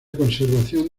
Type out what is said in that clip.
conservación